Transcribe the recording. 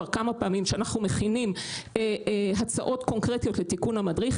כבר כמה פעמים שאנחנו מכינים הצעות קונקרטיות לתיקון המדריך.